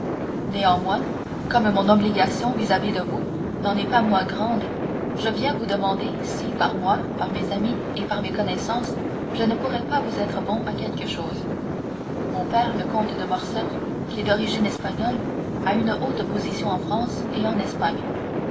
néanmoins comme mon obligation vis-à-vis de vous n'en est pas moins grande je viens vous demander si par moi par mes amis et par mes connaissances je ne pourrais pas vous être bon à quelque chose mon père le comte de morcerf qui est d'origine espagnole a une haute position en france et en espagne